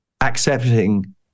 accepting